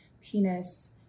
penis